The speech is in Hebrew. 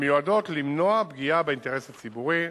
המיועדות למנוע פגיעה באינטרס הציבורי.